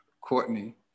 Courtney